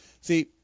See